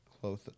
close